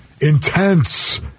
intense